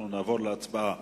אנחנו נעבור להצבעה.